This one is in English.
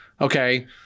Okay